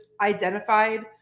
identified